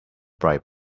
bright